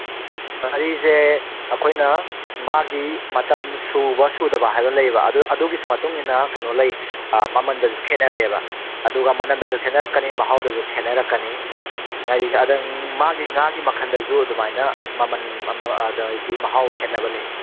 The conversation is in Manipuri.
ꯎꯝ ꯉꯥꯔꯤꯖꯦ ꯑꯩꯈꯣꯏꯅ ꯃꯥꯒꯤ ꯃꯇꯝ ꯁꯨꯕ ꯁꯨꯗꯕ ꯍꯥꯏꯕ ꯂꯩꯌꯦꯕ ꯑꯗꯨꯒꯤꯁꯨ ꯃꯇꯨꯡꯏꯟꯅ ꯀꯩꯅꯣ ꯂꯩ ꯃꯃꯟꯒꯥꯖꯨ ꯈꯦꯠꯅꯔꯦꯕ ꯑꯗꯨꯒ ꯃꯅꯝꯗꯖꯨ ꯈꯦꯠꯅꯔꯛꯀꯅꯤ ꯃꯍꯥꯎꯗꯖꯨ ꯈꯦꯠꯅꯔꯛꯀꯅꯤ ꯉꯥꯔꯤꯖꯦ ꯑꯗ ꯃꯥꯒꯤ ꯉꯥꯒꯤ ꯃꯈꯜꯗꯖꯨ ꯑꯗꯨꯃꯥꯏꯅ ꯃꯍꯥꯎ ꯈꯦꯠꯅꯕ ꯂꯩ